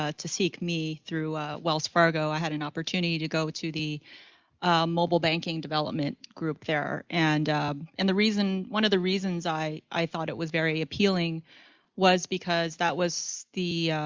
ah to seek me through wells fargo. i had an opportunity to go into the mobile banking development group there. and and the reason, one of the reasons i i thought it was very appealing was because that was the,